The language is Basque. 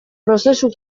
prozesu